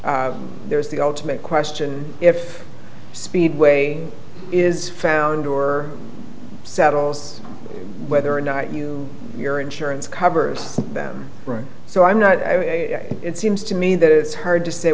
there is the ultimate question if speedway is found or settles whether or not you your insurance covers them so i'm not it seems to me that it's hard to say